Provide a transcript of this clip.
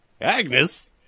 Agnes